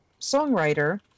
songwriter